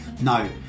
No